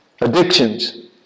Addictions